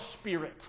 spirit